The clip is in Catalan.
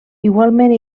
igualment